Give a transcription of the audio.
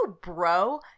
bro